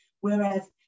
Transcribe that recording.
whereas